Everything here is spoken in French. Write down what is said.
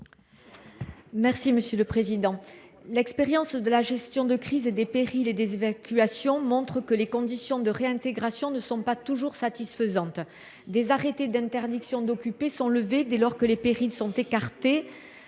Mme Viviane Artigalas. L’expérience de la gestion de crise des périls et des évacuations montre que les conditions de réintégration ne sont pas toujours satisfaisantes. Des arrêtés d’interdiction d’occuper sont levés dès lors que les périls sont écartés,